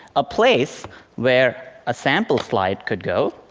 a place where a sample slide could go,